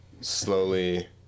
slowly